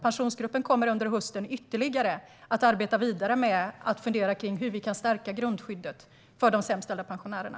Pensionsgruppen kommer under hösten ytterligare att arbeta vidare med att fundera kring hur vi kan stärka grundskyddet för de sämst ställa pensionärerna.